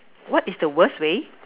what is the worst way